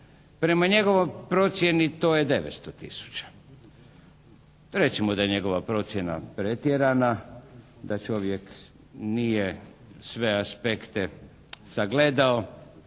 Prema njegovoj procjeni to je 900 tisuća. Recimo, da je njegova procjena pretjerana, da čovjek nije sve aspekte sagledao,